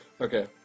Okay